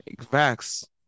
Facts